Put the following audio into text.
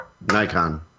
Nikon